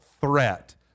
threat